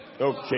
Okay